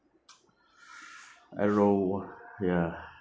arrow ya